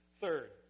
Third